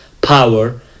power